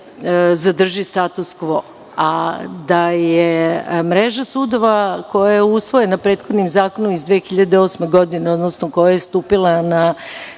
zadrži status kvo. A da je mreža sudova koja je usvojena prethodnim zakonom iz 2008. godine, odnosno koja je stupila na